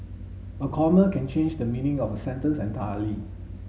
a comma can change the meaning of a sentence entirely